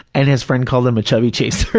and his friend called him a chubby-chaser.